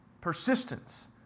Persistence